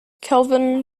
kelvin